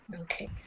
Okay